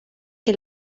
que